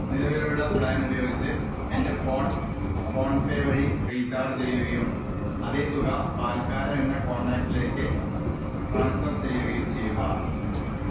നിലവിലുള്ള പ്ലാൻ ഉപയോഗിച്ച് എൻ്റെ ഫോൺ ഫോൺപേ വഴി റീചാർജ് ചെയ്യുകയും അതേ തുക പാൽക്കാരൻ എന്ന കോൺടാക്റ്റിലേക്ക് ട്രാൻസ്ഫർ ചെയ്യുകയും ചെയ്യുക